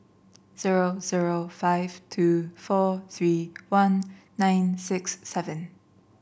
zero zero five two four three one nine six seven